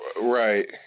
Right